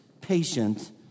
patient